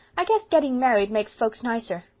i guess getting married makes folks nicer.